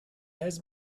has